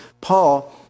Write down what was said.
Paul